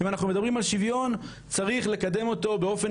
אם אנחנו מדברים על שוויון צריך לקדם אותו באופן